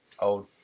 old